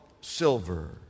silver